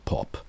Pop